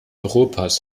europas